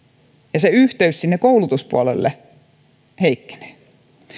ja se yhteys sinne koulutuspuolelle heikkenee